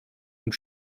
und